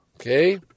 Okay